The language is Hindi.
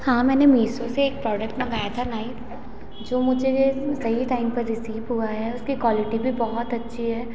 हाँ मैंने मीसो से एक प्रोडक्ट मंगाया था नई जो मुझे सही टाइम पर रिसीव हुआ है उसके क्वालिटी भी बहुत अच्छी है